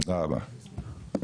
תודה רבה.